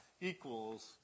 equals